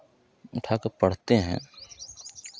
उठा के पढ़ते हैं